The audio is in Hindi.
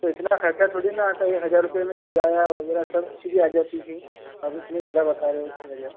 तो इतना खर्चा थोड़ी ना आता है ये हजार रुपए में किराया वगैरह सब आ जाती है अब इसमें ज्यादा बता रहे हो छ हजार